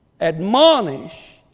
admonish